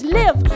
live